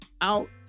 out